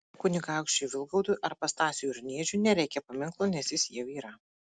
kunigaikščiui vilgaudui arba stasiui urniežiui nereikia paminklo nes jis jau yra